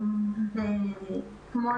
אתמול